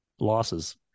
losses